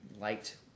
liked